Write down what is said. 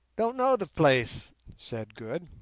don't know the place said good.